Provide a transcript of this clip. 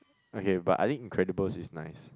okay but I think Incredibles is nice